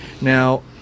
Now